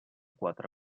quatre